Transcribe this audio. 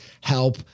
help